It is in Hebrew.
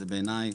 בעיניי